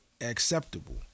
acceptable